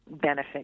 benefit